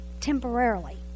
temporarily